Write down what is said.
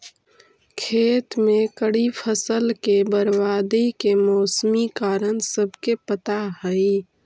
खेत में खड़ी फसल के बर्बादी के मौसमी कारण सबके पता हइ